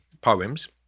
poems